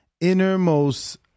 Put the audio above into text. innermost